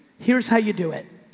here's how you do it.